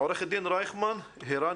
עורך דין הרן רייכמן אתנו?